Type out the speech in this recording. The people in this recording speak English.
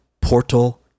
portal